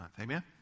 Amen